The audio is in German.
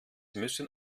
müssen